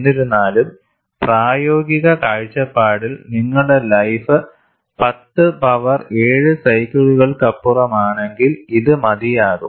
എന്നിരുന്നാലും പ്രായോഗിക കാഴ്ചപ്പാടിൽ നിങ്ങളുടെ ലൈഫ് 10 പവർ 7 സൈക്കിളുകൾക്കപ്പുറമാണെങ്കിൽ ഇത് മതിയാകും